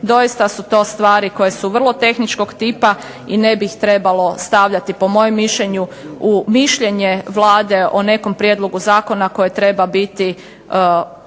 doista su to stvari koje su vrlo tehničkog tipa i ne bi ih trebalo stavljati po mojem mišljenju u mišljenje Vlade o nekom prijedlogu zakona koje treba biti u odnosu